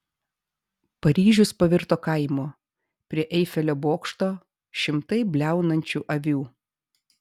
paryžius pavirto kaimu prie eifelio bokšto šimtai bliaunančių avių